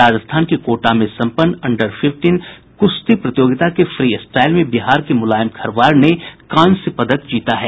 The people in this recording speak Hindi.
राजस्थान के कोटा में संपन्न अंडर फिफ्टीन कृश्ती प्रतियोगिता के फ्री स्टाइल में बिहार के मुलायम खरवार ने कांस्य पदक जीता है